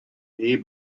rare